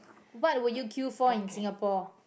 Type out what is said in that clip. what will you queue for in Singapore